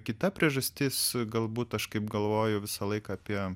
kita priežastis galbūt aš kaip galvoju visą laiką apie